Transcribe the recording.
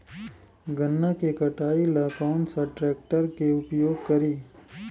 गन्ना के कटाई ला कौन सा ट्रैकटर के उपयोग करी?